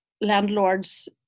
landlords